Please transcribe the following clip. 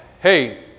Hey